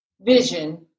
vision